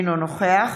אינו נוכח